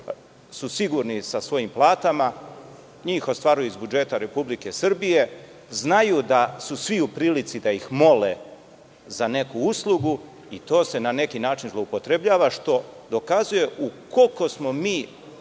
su sigurni sa svojim platama, njih ostvaruju iz budžeta Republike Srbije. Znaju da su svi u prilici da ih mole za neku uslugu i to se na neki način zloupotrebljava, što dokazuje u koliko smo mi,